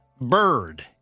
Bird